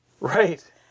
Right